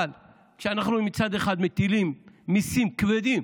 אבל כשאנחנו מצד אחד מטילים מיסים כבדים